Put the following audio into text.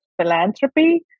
philanthropy